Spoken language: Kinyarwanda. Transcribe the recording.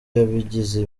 yabigize